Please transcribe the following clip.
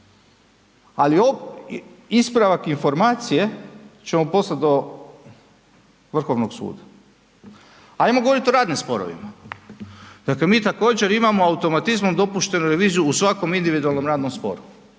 Ali ispravak informacije ćemo poslat do Vrhovnog suda. Ajmo govorit o radnim sporovima. Dakle, mi također imamo automatizmom dopuštenu reviziju u svakom individualnom radnom sporu